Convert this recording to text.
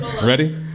Ready